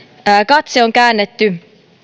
katse on käännetty